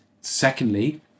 secondly